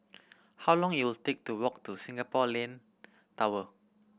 how long it'll take to walk to Singapore Land Tower